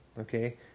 Okay